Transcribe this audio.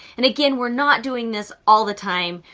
and again, we're not doing this all the time.